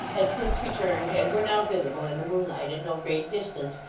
had since returned, and were now visible in the moonlight, at no great distance,